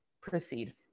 proceed